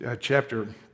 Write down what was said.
chapter